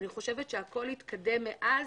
אני חושבת שהכול התקדם מאז.